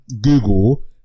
Google